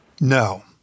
no